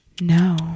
No